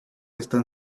están